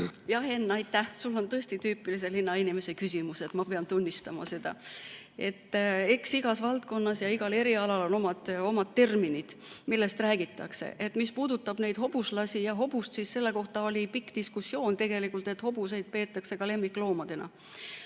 Jah, Henn, aitäh! Sul on tõesti tüüpilise linnainimese küsimus, ma pean seda tunnistama. Eks igas valdkonnas ja igal erialal on oma terminid, millest räägitakse. Mis puudutab neid hobuslasi ja hobust, siis tegelikult oli pikk diskussioon sellel teemal, et hobuseid peetakse ka lemmikloomadena.